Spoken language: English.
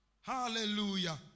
Hallelujah